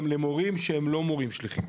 גם למורים שהם לא מורים שליחים,